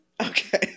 Okay